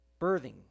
birthing